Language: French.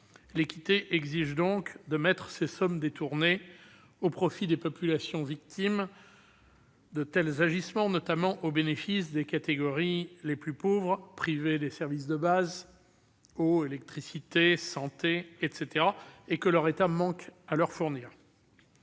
L'équité exige donc d'affecter ces sommes détournées au profit des populations victimes de tels agissements, notamment au bénéfice des catégories les plus pauvres, privées des services de base- eau, électricité, santé ... -que leur État d'origine ne leur fournit